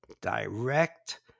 direct